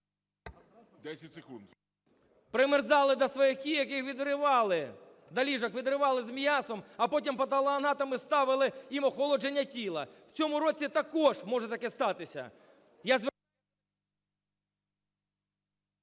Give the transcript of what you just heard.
...примерзали до кійок, яких відривали від ліжок, відривали з м'ясом, а потім патологоанатоми ставили їм охолодження тіла. В цьому році також може таке статися.